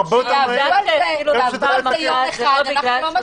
או עד יום שלישי